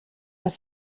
was